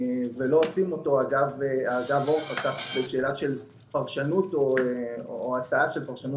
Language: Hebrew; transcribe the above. ולא עושים אותו אגב אורחה בדרך של פרשנות או הצעה של פרשנות.